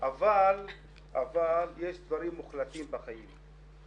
אבל יש דברים מוחלטים בחיים,